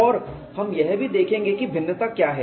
और हम यह भी देखेंगे कि भिन्नता क्या है